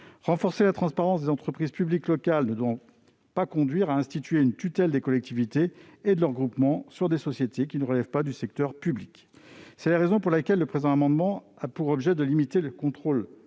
Renforcer la transparence des entreprises publiques locales ne doit pas conduire à instituer une tutelle des collectivités et de leurs groupements sur des sociétés qui ne relèvent pas du secteur public. C'est la raison pour laquelle, au travers de l'amendement n° 1546 rectifié , nous souhaitons